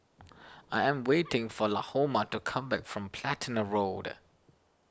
I am waiting for Lahoma to come back from Platina Road